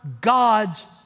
God's